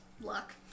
Luck